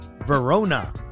Verona